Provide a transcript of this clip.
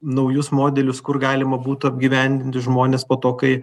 naujus modelius kur galima būtų apgyvendinti žmones po to kai